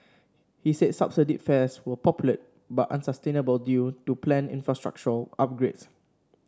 he said subsidised fares were popular but unsustainable due to planned infrastructural upgrades